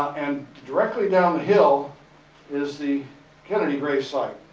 and directly down the hill is the kennedy gravesite.